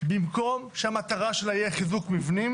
במקום שהמטרה שלה יהיה חיזוק מבנים